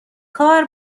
کار